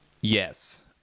Yes